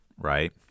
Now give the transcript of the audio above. Right